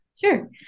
Sure